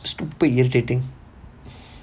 stupid irritating